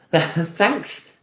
thanks